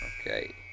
Okay